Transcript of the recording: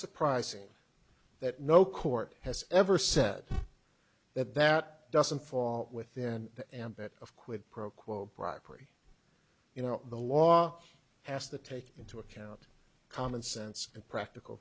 surprising that no court has ever said that that doesn't fall within the ambit of quid pro quo bribery you know the law has to take into account common sense and practical